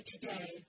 today